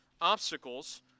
obstacles